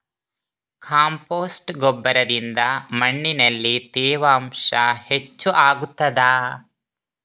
Compost ಗೊಬ್ಬರದಿಂದ ಮಣ್ಣಿನಲ್ಲಿ ತೇವಾಂಶ ಹೆಚ್ಚು ಆಗುತ್ತದಾ?